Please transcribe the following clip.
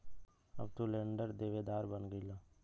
अब तू लेंडर देवेदार बन गईला